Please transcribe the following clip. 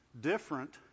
different